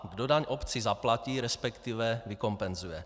Kdo daň obci zaplatí, respektive vykompenzuje?